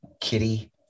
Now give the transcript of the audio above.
Kitty